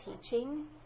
teaching